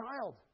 child